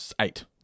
Eight